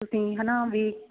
ਤੁਸੀਂ ਹੈ ਨਾ ਵੀ